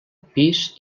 pis